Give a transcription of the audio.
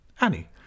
Annie